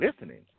listening